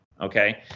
Okay